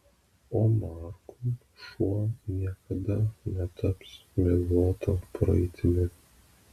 o markui šuo niekada netaps miglota praeitimi